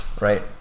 right